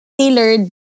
tailored